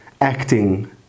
acting